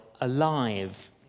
alive